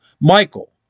Michael